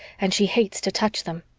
and she hates to touch them.